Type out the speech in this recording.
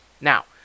Now